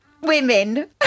women